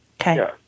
okay